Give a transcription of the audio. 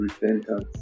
repentance